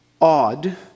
odd